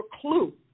clue